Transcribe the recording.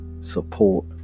Support